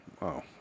wow